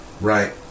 right